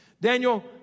Daniel